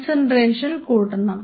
concentration കൂട്ടണം